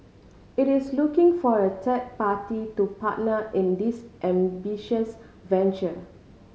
it is looking for a third party to partner in this ambitious venture